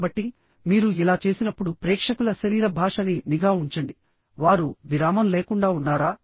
కాబట్టి మీరు ఇలా చేసినప్పుడు ప్రేక్షకుల శరీర భాషపై నిఘా ఉంచండి వారు విరామం లేకుండా ఉన్నారా